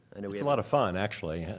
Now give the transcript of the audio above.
and it's a lot of fun actually.